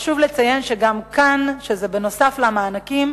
חשוב לציין גם כאן, שזה בנוסף למענקים.